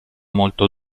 molto